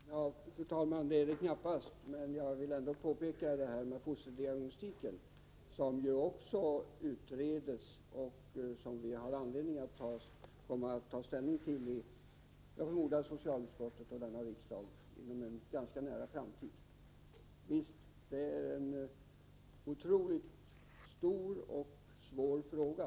Fru talman! Det Inga Lantz nämnde nu senast är knappast viktigt. Jag vill påpeka att fosterdiagnostiken utreds, och jag förmodar att socialutskottet och riksdagen kommer att få ta ställning till den frågan inom en ganska nära framtid. Det är en stor och svår fråga.